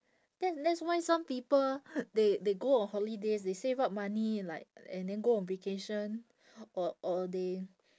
that that's why some people they they go on holidays they save up money like and then go on vacation or or they